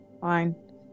Fine